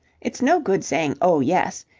it's no good saying oh yes!